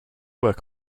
work